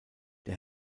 der